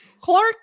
clark